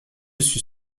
suis